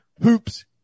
hoops